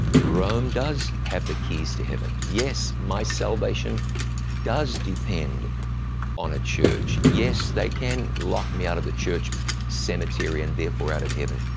rome does have the keys to heaven. yes, my salvation does depend on a church. yes, they can lock me out of the church cemetery and therefore out of heaven.